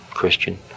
Christian